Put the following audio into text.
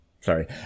Sorry